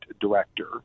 director